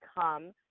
come